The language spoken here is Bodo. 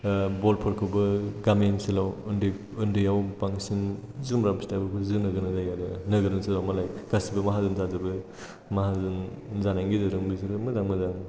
बल फोरखौबो गामि ओनसोलाव उन्दैयाव बांसिन जुम्ब्रा फिथाइफोरखौ जोनो गोनां जायो आरो नोगोर ओनसोलाव मालाय गासैबो माहाजोन जाजोबो माहाजोन जानायनि गेजेरजों बिसोरो मोजां मोजां